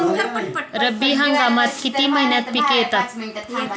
रब्बी हंगामात किती महिन्यांत पिके येतात?